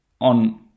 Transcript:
on